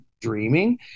dreaming